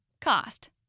Cost